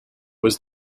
was